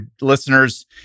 listeners